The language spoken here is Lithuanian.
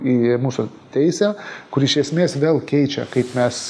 į mūsų teisę kuri iš esmės vėl keičia kaip mes